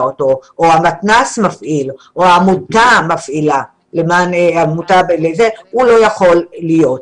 אותו או המתנ"ס מפעיל או העמותה מפעילה הוא לא יכול להיות שם.